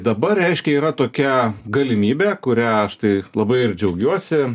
dabar reiškia yra tokia galimybė kurią aš tai labai ir džiaugiuosi